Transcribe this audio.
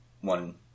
one